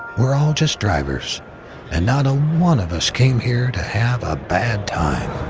we're all just drivers and not a one of us came here to have a bad time